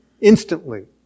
instantly